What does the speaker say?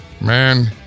man